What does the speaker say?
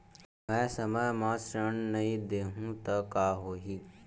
मैं समय म ऋण नहीं देहु त का होही